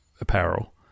apparel